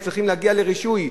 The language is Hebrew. הם צריכים להגיע לרישוי.